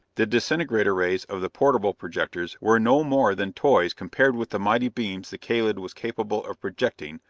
the disintegrator rays of the portable projectors were no more than toys compared with the mighty beams the kalid was capable of projecting,